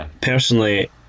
Personally